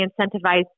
incentivize